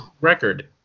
record